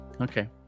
Okay